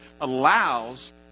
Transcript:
allows